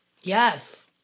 Yes